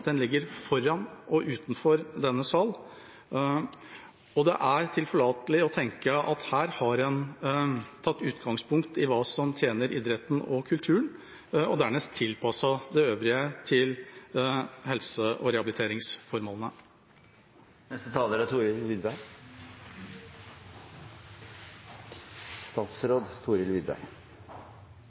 den ligger foran og utenfor denne sal. Det er tilforlatelig å tenke at en her har tatt utgangspunkt i hva som tjener idretten og kulturen, og dernest tilpasset det øvrige til helse- og rehabiliteringsformålene.